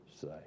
say